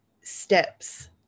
steps